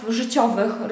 życiowych